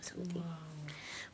!wow!